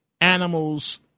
animals